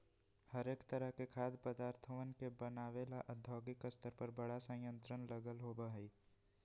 हरेक तरह के खाद्य पदार्थवन के बनाबे ला औद्योगिक स्तर पर बड़ा संयंत्र लगल होबा हई